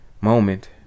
moment